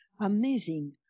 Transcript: Amazing